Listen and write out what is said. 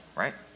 right